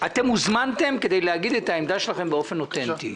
אתם הוזמנתם כדי להגיד את העמדה שלכם באופן אותנטי.